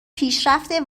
پیشرفت